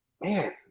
man